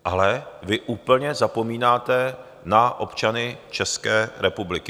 Ale vy úplně zapomínáte na občany České republiky.